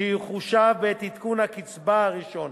שיחושב בעת עדכון הקצבה הראשון.